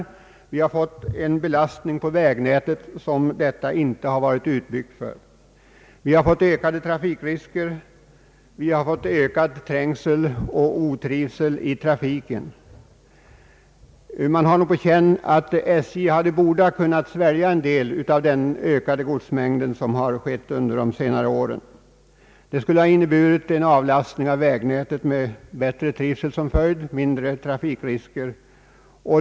Vägnätet har utsatts för en belastning, som detta inte har varit utbyggt för. Vi har fått ökade trafikrisker och större trängsel och otrivsel i trafiken. Man har nog på känn att SJ borde ha kunnat svälja en hel del av den ökade godsmängd som tillkommit under senare år. Det skulle ha inneburit en avlastning av vägnätet med bättre trivsel och mindre trafikrisker såsom följd.